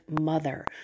mother